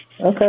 Okay